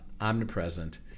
omnipresent